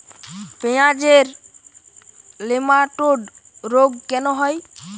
পেঁয়াজের নেমাটোড রোগ কেন হয়?